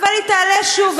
אבל היא תעלה שוב.